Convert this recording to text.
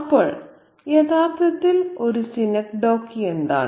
അപ്പോൾ യഥാർത്ഥത്തിൽ ഒരു സിനെക്ഡൊക്കി എന്താണ്